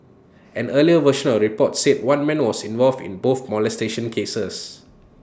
an earlier version of the report said one man was involved in both molestation cases